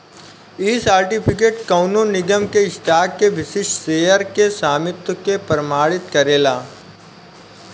इ सर्टिफिकेट कवनो निगम के स्टॉक के विशिष्ट शेयर के स्वामित्व के प्रमाणित करेला